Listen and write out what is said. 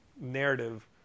narrative